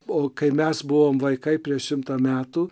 o kai mes buvom vaikai prieš šimtą metų